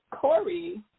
Corey